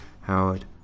Howard